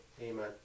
Amen